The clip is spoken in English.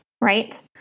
right